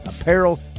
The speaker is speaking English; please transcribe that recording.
apparel